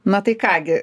na tai ką gi